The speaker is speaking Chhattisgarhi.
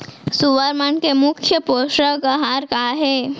सुअर मन के मुख्य पोसक आहार का हे?